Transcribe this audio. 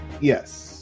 Yes